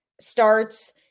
starts